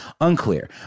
unclear